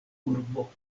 urbo